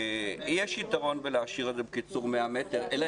יש יתרון להשאיר את זה על 100 מטרים אלא